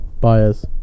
bias